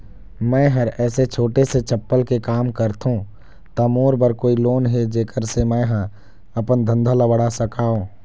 मैं हर ऐसे छोटे से चप्पल के काम करथों ता मोर बर कोई लोन हे जेकर से मैं हा अपन धंधा ला बढ़ा सकाओ?